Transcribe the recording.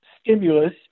stimulus